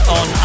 on